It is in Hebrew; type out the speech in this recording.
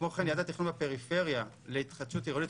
כמו כן יעדי התכנון בפריפריה להתחדשות עירונית,